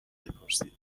بپرسید